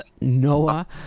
Noah